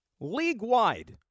league-wide